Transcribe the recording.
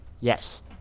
Yes